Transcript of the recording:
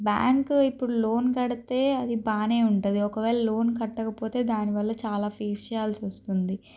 bank ఇప్పుడు loan కడితే అది బాగుంటుంది ఒకవేళ లోన్ కట్టకపోతే దాని వల్ల చాలా ఫేస్ చేయాల్సి వస్తుంది